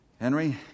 Henry